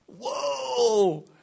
Whoa